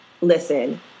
Listen